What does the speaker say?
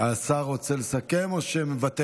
שר הכלכלה ניר ברקת רוצה לסכם או מוותר?